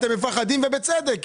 אתם מפחדים ובצדק,